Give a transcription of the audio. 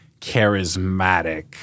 charismatic